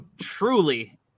truly